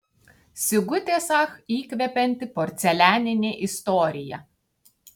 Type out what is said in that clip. sigutės ach įkvepianti porcelianinė istorija